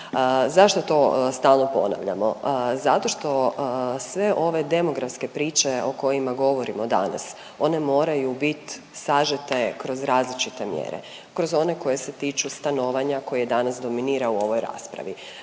Zašto to stalno ponavljamo? Zato što sve ove demografske priče o kojima govorimo danas, one moraju bit sažete kroz različite mjere, kroz one koje se tiču stanovanja, koje danas dominira u ovoj raspravi,